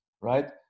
right